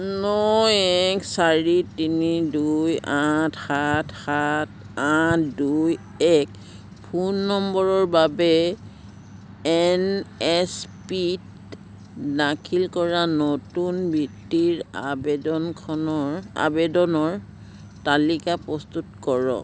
ন এক চাৰি তিনি দুই আঠ সাত সাত আঠ দুই এক ফোন নম্বৰৰ বাবে এন এছ পিত দাখিল কৰা নতুন বৃত্তিৰ আবেদনখনৰ আবেদনৰ তালিকা প্ৰস্তুত কৰক